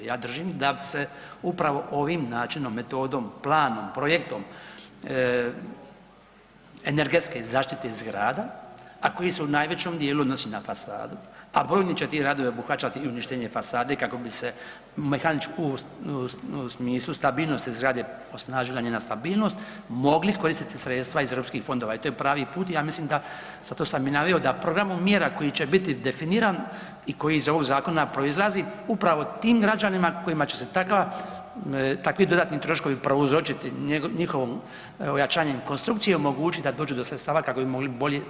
Ja držim da se upravo ovim načinom, metodom, planom, projektom energetske zaštite zgrada, a koji se u najvećem dijelu odnosi na fasadu, a brojni će ti radovi obuhvaćati i uništenje fasade kako bi se u mehaničkom smislu stabilnosti zgrade osnažila njena stabilnost mogla koristiti sredstva iz europskih fondova i to je pravi put i ja mislim da zato sam i naveo da programom mjera koji će biti definiran i koji iz ovog zakona proizlazi upravo tim građanima kojima će se takvi dodatni troškovi prouzročiti njihovom jačanjem konstrukcije omogućiti da dođu do sredstava kako bi mogli bolje svoju zgradu urediti.